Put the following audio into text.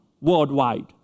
worldwide